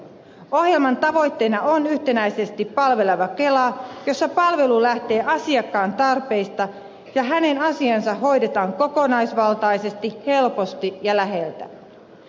ohjelman tavoitteena on yhtenäisesti palveleva kela jossa palvelu lähtee asiakkaan tarpeista ja hänen asiansa hoidetaan kokonaisvaltaisesti helposti ja läheltä